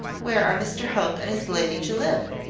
where are mr hope and his lady to live?